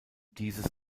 dieses